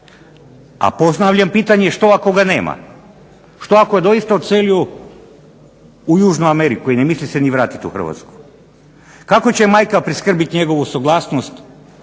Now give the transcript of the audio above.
A postavljam pitanje što ako ga nema? Što ako je doista odselio u Južnu Ameriku i ne misli se ni vratiti u Hrvatsku? Kako će majka priskrbiti njegovu suglasnost